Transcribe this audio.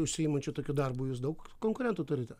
užsiimančių tokiu darbu jūs daug konkurentų turite